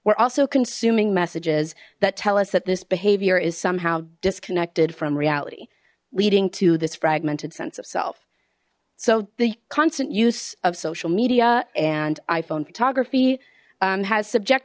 we're also consuming messages that tell us that this behavior is somehow disconnected from reality leading to this fragmented sense of self so the constant use of social media and iphone photography has subject